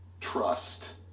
trust